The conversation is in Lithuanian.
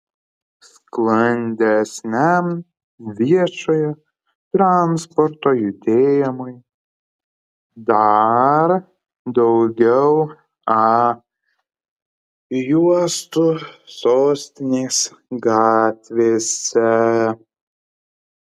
sklandesniam viešojo transporto judėjimui dar daugiau a juostų sostinės gatvėse